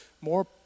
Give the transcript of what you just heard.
more